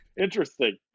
Interesting